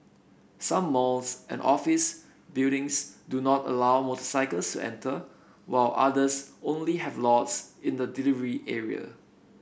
some malls and office buildings do not allow motorcycles to enter while others only have lots in the delivery area